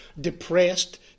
depressed